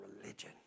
religion